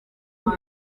will